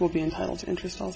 will be entitled interest